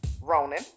Ronan